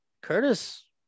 Curtis